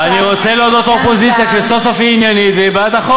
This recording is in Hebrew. יש לך רוב, כולם בעד.